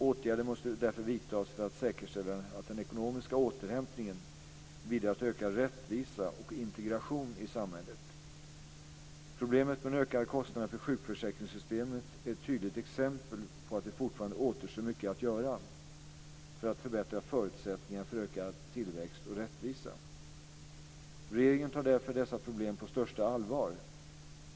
Åtgärder måste därför vidtas för att säkerställa att den ekonomiska återhämtningen bidrar till ökad rättvisa och integration i samhället. Problemen med de ökade kostnaderna för sjukförsäkringssystemet är ett tydligt exempel på att det fortfarande återstår mycket att göra för att förbättra förutsättningarna för ökad tillväxt och rättvisa. Regeringen tar därför dessa problem på största allvar.